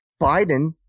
Biden